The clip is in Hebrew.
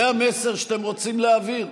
זה המסר שאתם רוצים להעביר,